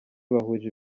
bahuje